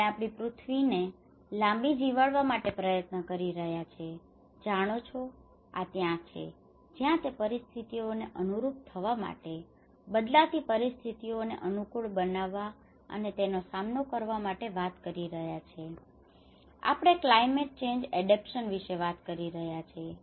આપણે આપણી પૃથ્વી ને લાંબી જીવાડવા માટે પ્રયત્ન કરી રહ્યા છીએ તેથી તમે જાણો છો આ ત્યાં છે જ્યાં તે પરિસ્થિતિઓને અનુરૂપ થવા માટે બદલાતી પરિસ્થિતિઓને અનુકૂળ બનાવવા અને તેનો સામનો કરવા માટે આપણે વાત કરી રહ્યા છીએ આપણે ક્લાયમેટ ચેન્જ એડેપ્ટેશન વિશે વાત કરી રહ્યા છીએ